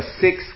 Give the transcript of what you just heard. six